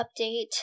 update